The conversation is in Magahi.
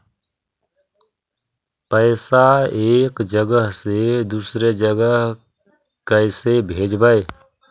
पैसा एक जगह से दुसरे जगह कैसे भेजवय?